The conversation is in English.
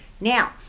Now